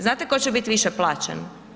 Znate tko će biti više plaćen?